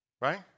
right